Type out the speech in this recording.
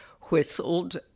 whistled